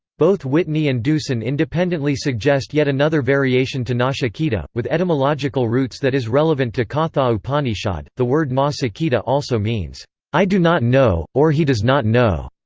both whitney and deussen independently suggest yet another variation to nachiketa, with etymological roots that is relevant to katha upanishad the word na-ciketa also means i do not know, or he does not know.